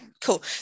cool